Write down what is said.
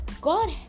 god